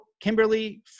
Kimberly